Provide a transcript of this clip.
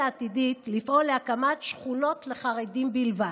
העתידית לפעול להקמת שכונות לחרדים בלבד.